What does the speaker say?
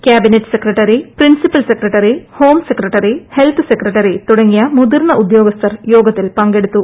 cabinet secretary principal secretary home secretary health secretary തുടങ്ങിയ് മുതിർന്ന ഉദ്യോഗസ്ഥർ യോഗ ത്തിൽ പങ്കെടുത്തു